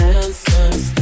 answers